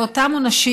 לאותם עונשים,